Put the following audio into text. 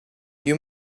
you